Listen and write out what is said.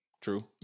true